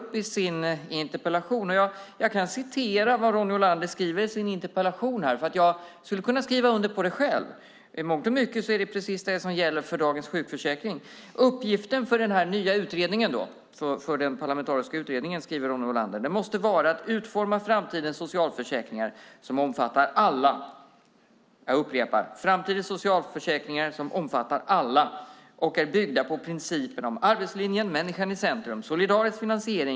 Jag kan återge vad Ronny Olander skriver i sin interpellation, för jag skulle kunna skriva under på det själv. I mångt och mycket är det precis det som gäller för dagens sjukförsäkring. Uppgiften för den nya parlamentariska utredningen, skriver Ronny Olander, måste vara att utforma framtidens socialförsäkringar som omfattar alla. Jag upprepar: framtidens socialförsäkringar som omfattar alla och är byggda på principen om arbetslinjen, människan i centrum och solidarisk finansiering.